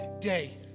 day